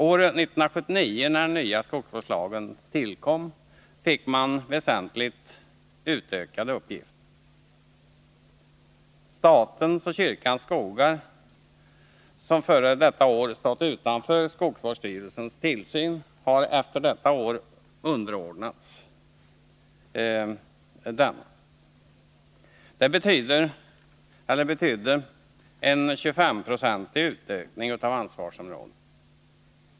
År 1979, när den nya skogsvårdslagen tillkom, fick man väsentligt utökade uppgifter. Statens och kyrkans skogar, som före detta år stått utanför skogsvårdsstyrelsens tillsyn, är efter detta år underordnade densamma. Det betydde en 25-procentig utökning av ansvarsområdet.